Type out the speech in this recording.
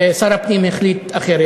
ושר הפנים החליט אחרת.